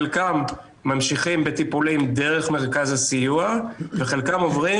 חלקם ממשיכים בטיפולים דרך מרכז הסיוע וחלקם עוברים